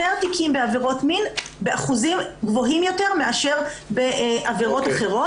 תיקים בעבירות מין באחוזים גבוהים יותר מאשר בעבירות אחרות.